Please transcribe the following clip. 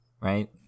right